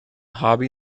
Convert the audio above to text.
hobby